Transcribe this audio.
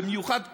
במיוחד את,